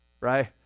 right